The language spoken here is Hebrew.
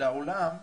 לעולם ב-0.1,